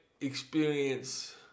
experience